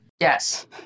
Yes